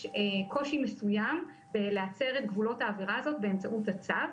קושי מסוים בלהצר את גבולות העבירה הזאת באמצעות הצו.